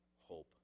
hope